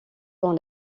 dans